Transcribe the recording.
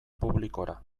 publikora